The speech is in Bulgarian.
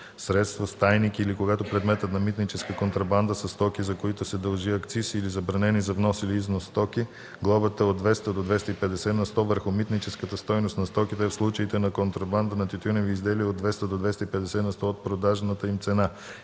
средство с тайник или когато предмет на митническа контрабанда са стоки, за които се дължи акциз, или забранени за внос или износ стоки, глобата е от 200 до 250 на сто върху митническата стойност на стоките, а в случаите на контрабанда на тютюневи изделия – от 200 до 250 на сто от продажната им цена.“